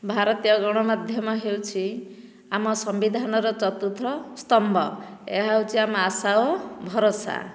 ଭାରତୀୟ ଗଣମାଧ୍ୟମ ହେଉଛି ଆମ ସମ୍ବିଧାନର ଚତୁର୍ଥ ସ୍ତମ୍ଭ ଏହା ହେଉଛି ଆମ ଆଶା ଓ ଭରସା